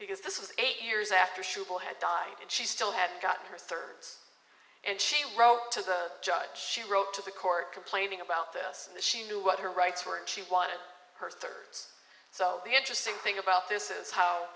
because this was eight years after she had died and she still hadn't gotten her third and she wrote to the judge she wrote to the court complaining about this that she knew what her rights were and she wanted her third so the interesting thing about this is how